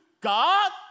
God